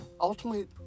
ultimately